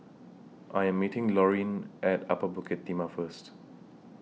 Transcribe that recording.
I Am meeting Lorene At Upper Bukit Timah First